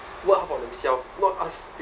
work for themselves not ask